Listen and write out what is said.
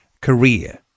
career